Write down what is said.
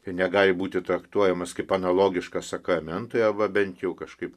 ir negali būti traktuojamas kaip analogiškas sakramentui arba bent jau kažkaip